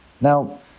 Now